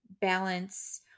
balance